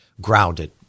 grounded